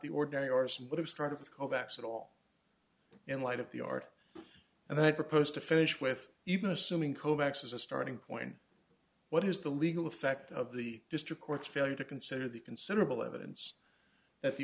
the ordinary or some would have started with kovacs at all in light of the art and i propose to finish with even assuming kovacs as a starting point what is the legal effect of the district court's failure to consider the considerable evidence that the